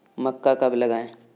मक्का कब लगाएँ?